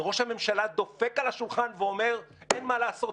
וראש הממשלה דופק על השולחן ואומר: אין מה לעשות,